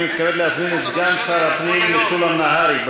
אני מתכבד להזמין את סגן שר הפנים משולם נהרי,